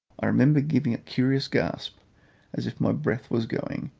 i remember giving a curious gasp as if my breath was going,